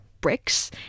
bricks